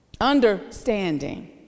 Understanding